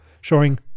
showing